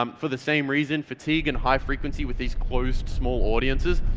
um for the same reason fatigue and high frequency with these closed, small audiences.